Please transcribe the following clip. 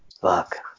fuck